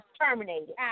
Terminated